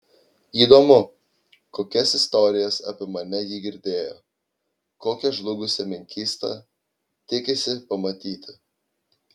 įdomu kokias istorijas apie mane ji girdėjo kokią žlugusią menkystą tikisi pamatyti